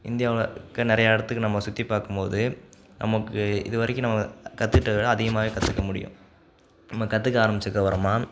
இந்தியாவில் இருக்கிற நிறையா இடத்துக்கு நம்ம சுற்றி பார்க்கும்போது நமக்கு இதுவரைக்கும் நம்ம கத்துட்டதை விட அதிகமாகவே கற்றுக்க முடியும் நம்ம கற்றுக்க ஆரம்பித்ததுக்கு அப்புறமா